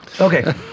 Okay